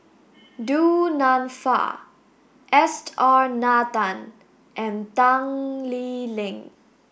Du Nanfa S R Nathan and Tan Lee Leng